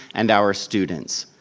and our students.